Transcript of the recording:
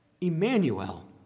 Emmanuel